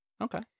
Okay